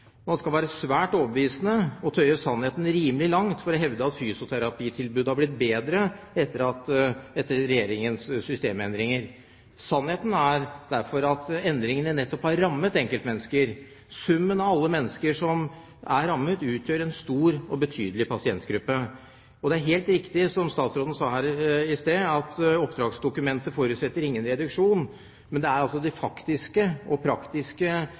Man skal være svært overbevisende og tøye sannheten rimelig langt for å hevde at fysioterapitilbudet har blitt bedre etter Regjeringens systemendringer. Sannheten er at endringene nettopp har rammet enkeltmennesker. Summen av alle mennesker som er rammet, utgjør en stor og betydelig pasientgruppe. Det er helt riktig, som statsråden sa her i sted, at oppdragsdokumentet ikke forutsetter noen reduksjon, men det er altså de faktiske og praktiske